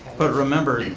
but remember,